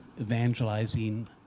evangelizing